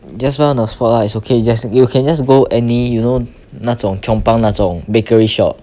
just buy on spot lah it's okay you just you can just go any you know 那种 chong pang 那种 bakery shop